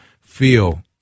feel